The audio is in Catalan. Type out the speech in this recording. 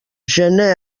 gener